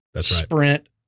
sprint